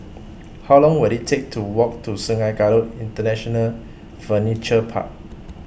How Long Will IT Take to Walk to Sungei Kadut International Furniture Park